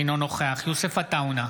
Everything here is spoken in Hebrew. אינו נוכח יוסף עטאונה,